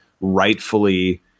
rightfully